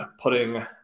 putting